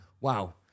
wow